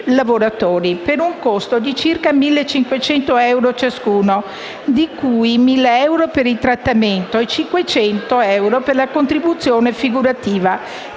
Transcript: per un costo di circa 1.500 euro ciascuno, di cui 1.000 euro per il trattamento e 500 euro per la contribuzione figurativa,